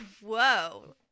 whoa